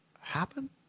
happen